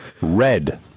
red